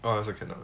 I also cannot